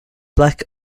black